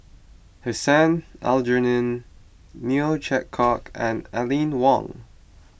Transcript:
Hussein Aljunied Neo Chwee Kok and Aline Wong